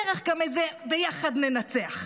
על הדרך גם איזה "ביחד ננצח".